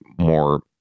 more